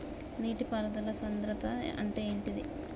నీటి పారుదల సంద్రతా అంటే ఏంటిది?